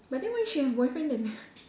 but then why she have a boyfriend then